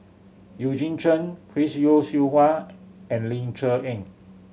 Eugene Chen Chris Yeo Siew Hua and Ling Cher Eng